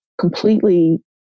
completely